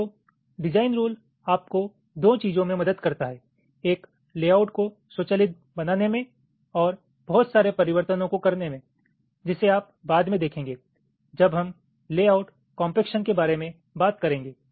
तो design rule check आपको दो चीजों में मदद करता है लेआउट को स्वचलित बनाने में एक और बहुत सारे परिवर्तनों को करने में जिसे आप बाद में देखेंगे जब हम लेआउट कोम्पेक्शन के बारे में बात करेंगे